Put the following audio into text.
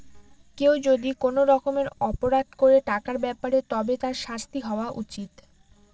কেউ যদি কোনো রকমের অপরাধ করে টাকার ব্যাপারে তবে তার শাস্তি হওয়া উচিত